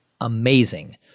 amazing